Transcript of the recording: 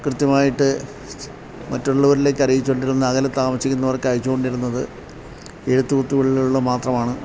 കൃത്യമായിട്ട് മറ്റുള്ളവരിലേക്ക് അറിയിച്ചുകൊണ്ടിരുന്നത് അകലെ താമസിക്കുന്നവർക്ക് അയിച്ചുകൊണ്ടിരുന്നത് എഴുത്തുകുത്തുകളിലുള്ള മാത്രമാണ്